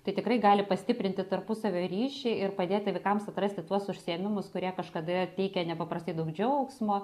tai tikrai gali pastiprinti tarpusavio ryšį ir padėti vaikams atrasti tuos užsiėmimus kurie kažkada teikė nepaprastai daug džiaugsmo